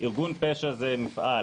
ארגון פשע זה מפעל.